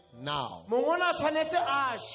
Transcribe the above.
now